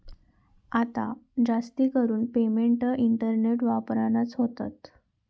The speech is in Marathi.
आता जास्तीकरून पेमेंट इंटरनेट वापरानच होतत